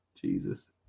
Jesus